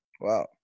Wow